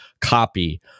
copy